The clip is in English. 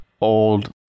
old